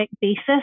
basis